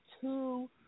two